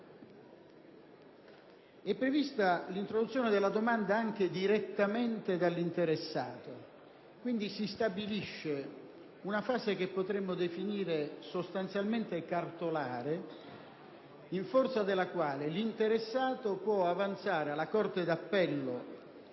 È prevista l'introduzione della domanda anche direttamente da parte dall'interessato. Si stabilisce una fase che si potrebbe definire sostanzialmente "cartolare" in forza della quale l'interessato può avanzare la domanda alla